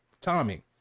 Tommy